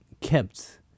kept